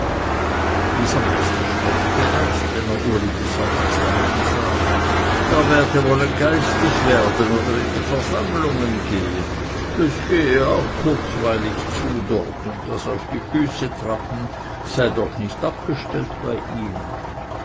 dieser meister spottete erst wenn er uli des sonntags daheim sah er werde wollen geistlich werden oder in die versammlungen gehen es gehe auch kurzweilig zu dort und das auf die füße trappen sei noch nicht abgestellt bei ihnen